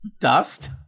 Dust